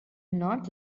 not